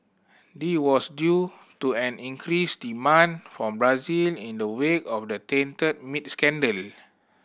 this was due to an increased demand from Brazil in the wake of a tainted meat scandal